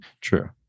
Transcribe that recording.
true